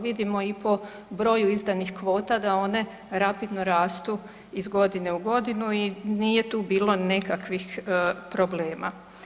Vidimo i po broju izdanih kvota da one rapidno rastu iz godine u godinu i nije tu bilo nekakvih problema.